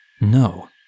No